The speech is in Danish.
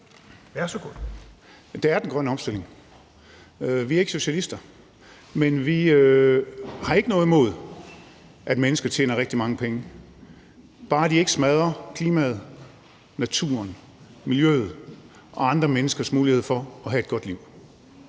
Det er den grønne omstilling. Vi er ikke socialister. Vi har ikke noget imod, at mennesker tjener rigtig mange penge, bare de ikke smadrer klimaet, naturen, miljøet og andre menneskers mulighed for at have et godt liv.